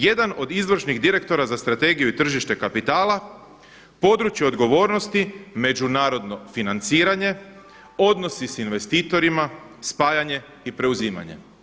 Jedan od izvršnih direktora za strategiju i tržište kapitala, područje odgovornosti međunarodno financiranje, odnosi s investitorima, spajanje i preuzimanje“